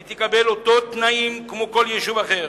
והיא תקבל את אותם תנאים כמו כל מקום אחר.